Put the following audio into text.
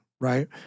right